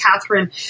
Catherine